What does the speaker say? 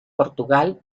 portugal